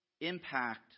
impact